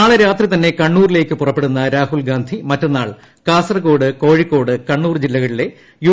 നാളെ രാത്രി തന്നെ കണ്ണൂരിലേക്ക് പുറപ്പെടുന്ന രാഹുൽ ഗാന്ധി മറ്റന്നാൾ കാസർഗോഡ് കോഴിക്കോട് കണ്ണൂർ ജില്ലകളിലെ യു